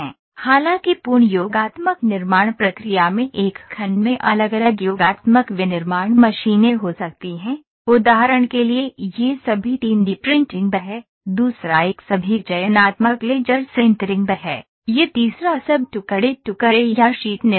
हालाँकि पूर्ण योगात्मक निर्माण प्रक्रिया में एक खंड में अलग अलग योगात्मक विनिर्माण मशीनें हो सकती हैं उदाहरण के लिए यह सभी 3 डी प्रिंटिंग है दूसरा एक सभी चयनात्मक लेजर सिंटरिंग है यह तीसरा सब टुकड़े टुकड़े या शीट निर्माण है